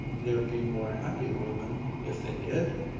there'd be more happy women if they did,